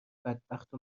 بدبختو